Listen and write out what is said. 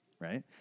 right